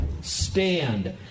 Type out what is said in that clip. stand